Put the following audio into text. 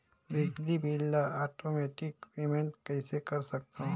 बिजली बिल ल automatic payment कइसे कर सकथव?